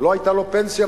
לא היתה לו פנסיה.